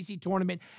tournament